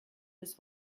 bis